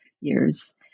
years